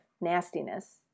nastiness